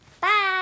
bye